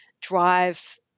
drive